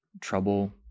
trouble